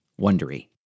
Wondery